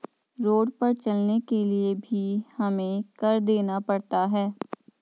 road पर चलने के लिए भी हमें कर देना पड़ता है